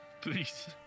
Please